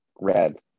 Red